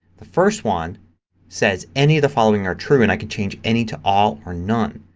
the first one says any of the following are true. and i can change any to all or none.